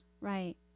Right